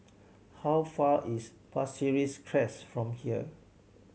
how far is Pasir Ris Crest from here